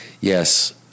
Yes